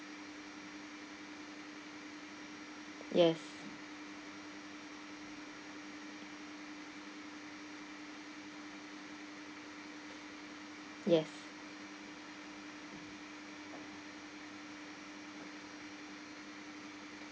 yes yes